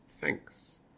Thanks